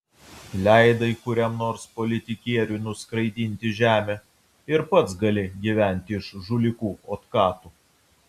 leidai kuriam nors politikieriui nuskraidinti žemę ir pats gali gyventi iš žulikų otkatų